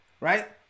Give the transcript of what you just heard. right